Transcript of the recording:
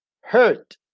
hurt